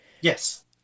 Yes